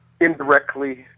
indirectly